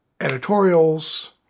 editorials